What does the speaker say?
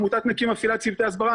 עמותת נקי מפעילה צוותי הסברה,